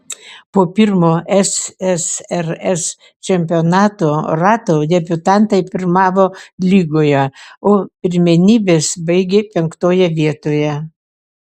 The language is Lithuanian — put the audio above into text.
po pirmo ssrs čempionato rato debiutantai pirmavo lygoje o pirmenybes baigė penktoje vietoje